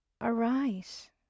arise